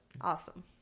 Awesome